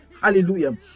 hallelujah